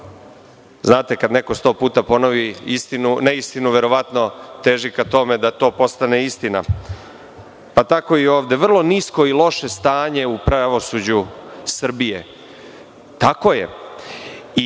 jer kada neko 100 puta ponovi neistinu, verovatno teži ka tome da to postane istina, pa tako i ovde. Vrlo je nisko i loše stanje u pravosuđu Srbije, tako je.